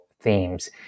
Themes